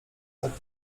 tak